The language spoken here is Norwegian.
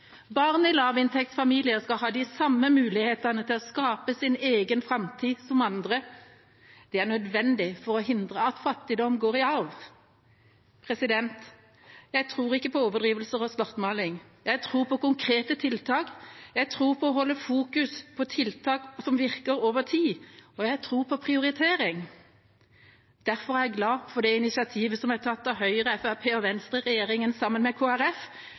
Barn i lavinntektsfamilier skal ha de samme mulighetene til å skape sin egen framtid som andre, det er nødvendig for å hindre at fattigdom går i arv. Jeg tror ikke på overdrivelser og svartmaling, jeg tror på konkrete tiltak, jeg tror på å holde fast ved tiltak som virker over tid, og jeg tror på prioritering. Derfor er jeg glad for det initiativet som et tatt av Høyre-, Fremskrittsparti- og Venstre-regjeringa sammen med